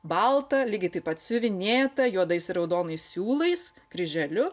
baltą lygiai taip pat siuvinėtą juodais raudonais siūlais kryželiu